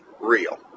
real